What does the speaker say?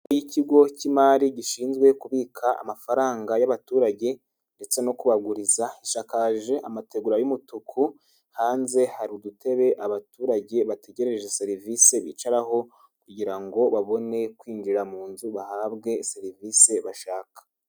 Ikigo cy'imari gishinzwe kubika amafaranga y'abaturage ndetse no kubaguriza, gishakakaje amategura y'umutuku, hanze hari udutebe abaturage bategereje serivisi bicaraho kugira babone kwinjira mu nzu bahabwe serivisi bashaka.